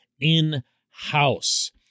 in-house